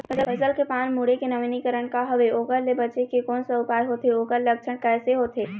फसल के पान मुड़े के नवीनीकरण का हवे ओकर ले बचे के कोन सा उपाय होथे ओकर लक्षण कैसे होथे?